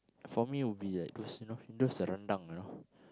for me would be like those you know those rendang you know